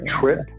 trip